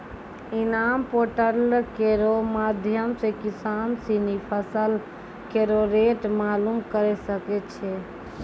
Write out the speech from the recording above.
इनाम पोर्टल केरो माध्यम सें किसान सिनी फसल केरो रेट मालूम करे सकै छै